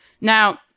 Now